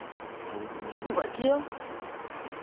बजियौ